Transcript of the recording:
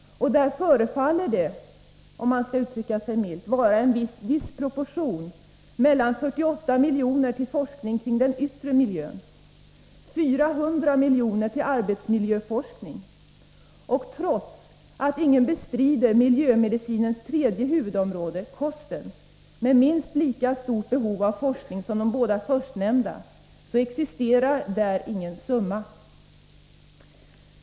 Där förefaller det, om man skall uttrycka sig milt, vara en viss disproportion mellan 48 miljoner kring den yttre miljön, 400 miljoner till arbetsmiljöforskning och trots att ingen bestrider miljömedicinens huvudområde, kosten — med minst lika stort behov av forskning som de båda förstnämnda — existerar där ingen summa.